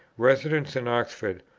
residents in oxford,